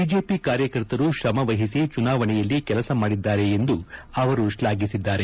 BJP ಕಾರ್ಯಕರ್ತರು ಶ್ರಮ ವಹಿಸಿ ಚುನಾವಣೆಯಲ್ಲಿ ಕೆಲಸ ಮಾಡಿದ್ದಾರೆ ಎಂದು ಅವರು ಶ್ಲಾಘಿಸಿದ್ದಾರೆ